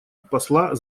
посла